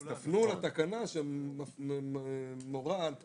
אז תפנו לתקנה שמורה על פתיחה.